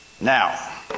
Now